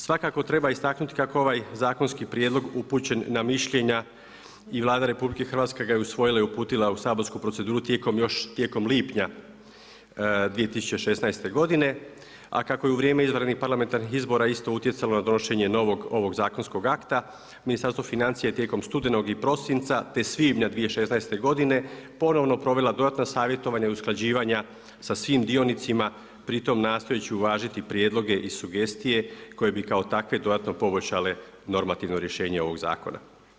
Svakako treba istaknuti kako ovaj zakonski prijedlog upućen na mišljenja i Vlada RH ga je usvojila i uputila u saborsku proceduru tijekom lipnja 2016. godine, a kako je u vrijeme izvanrednih parlamentarnih izbora isto utjecalo na donošenje novog ovog zakonskog akta, Ministarstvo financija je tijekom studenog i prosinca, te svibnja 2016. godine ponovno provela dodatna savjetovanja i usklađivanja sa svim dionicima pri tome nastojeći uvažiti prijedloge i sugestije koje bi kako takve dodatno poboljšale normativno rješenje ovog zakona.